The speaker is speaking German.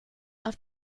auf